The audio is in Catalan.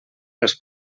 els